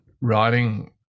writing